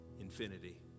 infinity